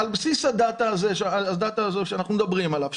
על בסיס הדאטא הזה שאנחנו מדברים עליו,